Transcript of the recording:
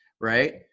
Right